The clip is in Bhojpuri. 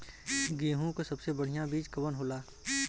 गेहूँक सबसे बढ़िया बिज कवन होला?